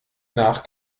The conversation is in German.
nach